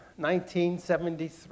1973